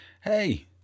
hey